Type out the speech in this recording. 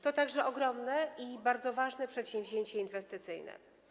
To także ogromne i bardzo ważne przedsięwzięcie inwestycyjne.